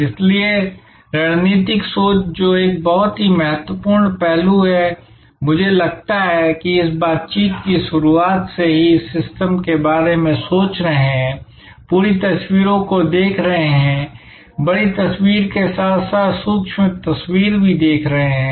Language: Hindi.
इसलिए रणनीतिक सोच जो एक बहुत ही महत्वपूर्ण पहलू है मुझे लगता है कि इस बातचीत सत्र की शुरुआत से ही हम सिस्टम के बारे में सोच रहे हैं पूरी तस्वीरों को देख रहे हैं बड़ी तस्वीर के साथ साथ सूक्ष्म तस्वीर भी देख रहे हैं